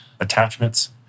attachments